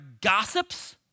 gossips